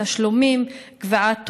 תשלומים וקביעת תורים,